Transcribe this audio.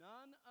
None